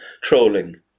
trolling